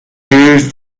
used